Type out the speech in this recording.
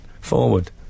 forward